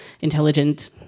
intelligent